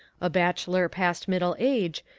a bachelor past middle age,